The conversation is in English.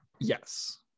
Yes